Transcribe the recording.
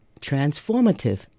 transformative